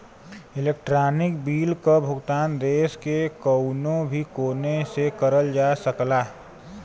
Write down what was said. electronic bill क भुगतान देश के कउनो भी कोने से करल जा सकला